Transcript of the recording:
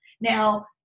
Now